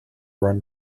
run